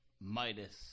Midas